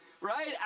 Right